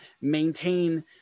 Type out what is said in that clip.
maintain